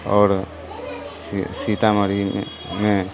आओर सीतामढ़ीमे